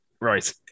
right